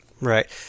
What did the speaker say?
Right